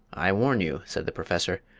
i warn you, said the professor,